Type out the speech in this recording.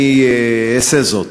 בכל זאת אעשה זאת,